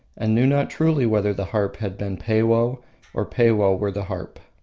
and knew not truly whether the harp had been peiwoh or peiwoh were the harp.